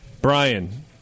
Brian